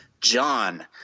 john